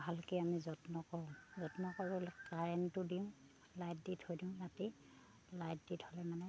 ভালকৈ আমি যত্ন কৰোঁ যত্ন কৰিলে কাৰেণ্টটো দিওঁ লাইট দি থৈ দিওঁ ৰাতি লাইট দি থ'লে মানে